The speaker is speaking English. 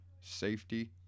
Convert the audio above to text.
safety